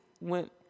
went